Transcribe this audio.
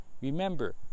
Remember